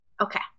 Okay